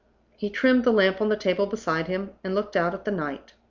he trimmed the lamp on the table beside him and looked out at the night.